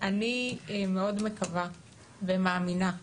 אני מאוד מקווה ומאמינה,